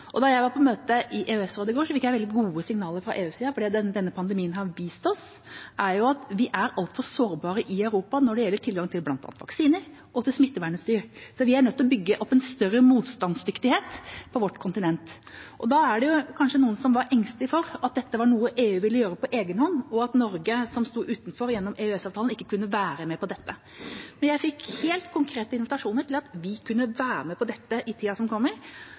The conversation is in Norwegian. Da jeg var på møte i EØS-rådet i går, fikk jeg veldig gode signaler fra EU-siden, for det denne pandemien har vist oss, er at vi er altfor sårbare i Europa når det gjelder tilgang til bl.a. vaksiner og smittevernutstyr, så vi er nødt til å bygge opp en større motstandsdyktighet på vårt kontinent. Da er kanskje noen engstelige for at dette er noe EU vil gjøre på egen hånd, og at Norge, som står utenfor gjennom EØS-avtalen, ikke kan være med på dette. Men jeg fikk helt konkrete invitasjoner til at vi kan være med på dette i tida som kommer,